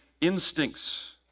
instincts